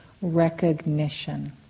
recognition